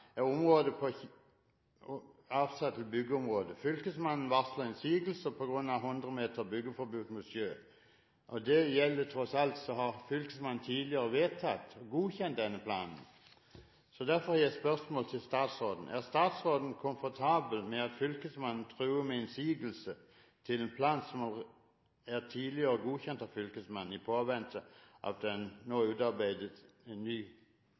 jeg vil ta opp spørsmål om nå, heter Kirkesundodden på Hidra, en øy utenfor Flekkefjord. Vi vet at i kystsoneplanen er området avsatt til byggeområde. Fylkesmannen varslet innsigelse på grunn av byggeforbud i 100-metersonen. Tross alt har Fylkesmannen tidligere vedtatt og godkjent denne planen. Derfor har jeg et spørsmål til statsråden: Er statsråden komfortabel med at Fylkesmannen truer med innsigelse til en plan som tidligere er godkjent av Fylkesmannen i